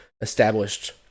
established